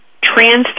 trans